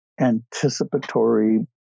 anticipatory